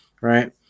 right